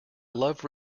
love